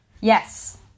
Yes